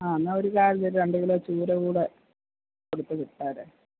ആ എന്നാൽ ഒര് കാര്യം ചെയ്യ് ഒരു രണ്ട് കിലോ ചൂരകൂടെ കൊടുത്ത് വിട്ടേരെ